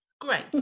Great